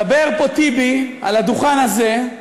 מדבר פה טיבי, על הדוכן הזה,